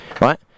right